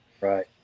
right